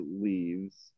leaves